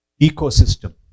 ecosystem